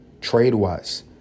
trade-wise